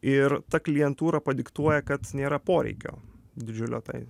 ir ta klientūra padiktuoja kad nėra poreikio didžiulio tai